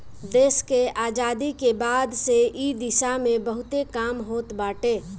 देस के आजादी के बाद से इ दिशा में बहुते काम होत बाटे